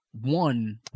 one